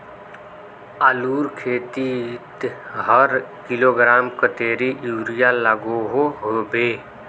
आलूर खेतीत हर किलोग्राम कतेरी यूरिया लागोहो होबे?